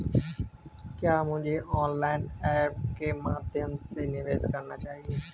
क्या मुझे online apps के माध्यम से निवेश करना चाहिए?